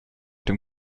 dem